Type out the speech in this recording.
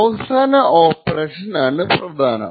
അവസാന ഓപ്പറേഷൻ ആണ് പ്രധാനം